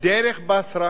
דרך בצרה,